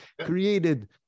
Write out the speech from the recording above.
created